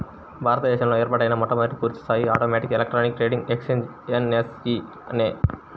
భారత దేశంలో ఏర్పాటైన మొట్టమొదటి పూర్తిస్థాయి automatic electronic trading exchange NSE నే